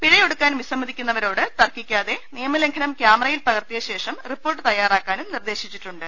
പിഴ ഒടു ക്കാൻ വിസമ്മതിക്കുന്നവരോട് തർക്കിക്കാതെ നിയമലംഘനം ക്യാമറയിൽ പകർത്തിയ ശേഷം റിപ്പോർട്ട് തയ്യാറാക്കാനും നിർദേ ശിച്ചിട്ടുണ്ട്